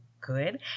Good